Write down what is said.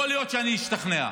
יכול להיות שאני אשתכנע.